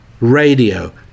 radio